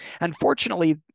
unfortunately